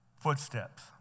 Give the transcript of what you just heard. Footsteps